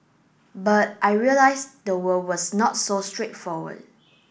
but I realised the world was not so straightforward